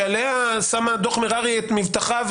שעליה שם דוח מררי את מבטחו,